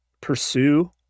pursue